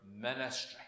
ministry